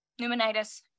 pneumonitis